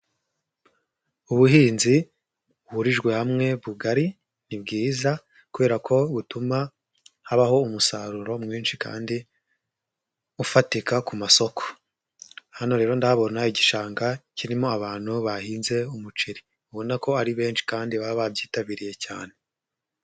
Ubuhinzi buhurijwe hamwe bugari ni bwiza, kubera ko butuma habaho umusaruro mwinshi kandi ufatika ku masoko. Hano rero ndahabona igishanga kirimo abantu bahinze umuceri; ubona ko ari benshi kandi baba babyitabiriye cyane.